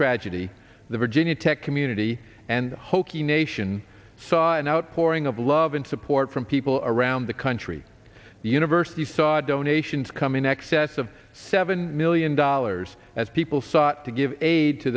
tragedy the virginia tech community and hokie nation saw an outpouring of love and support from people around the country the university saw donations coming excess of seven million dollars as people sought to give aid to